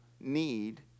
need